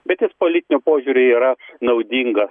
bet jis politiniu požiūriu yra naudinga